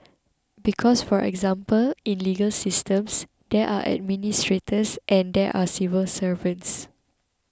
because for example in legal systems there are administrators and there are civil servants